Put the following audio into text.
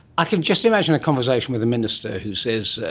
i can just imagine a conversation with a minister who says,